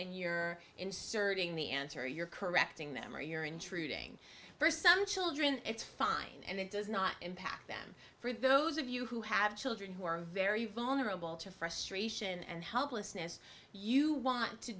and you're inserting the answer you're correcting them or you're intruding for some children it's fine and it does not impact them for those of you who have children who are very vulnerable to frustration and helplessness you want to